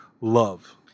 love